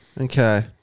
Okay